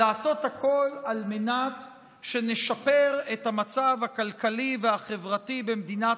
לעשות הכול על מנת שנשפר את המצב הכלכלי והחברתי במדינת